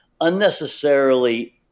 unnecessarily